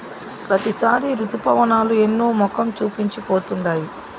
ప్రతిసారి రుతుపవనాలు ఎన్నో మొఖం చూపించి పోతుండాయి